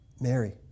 Mary